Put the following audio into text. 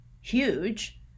huge